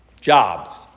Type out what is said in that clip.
jobs